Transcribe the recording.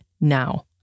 now